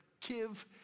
give